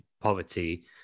poverty